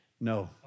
No